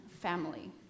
family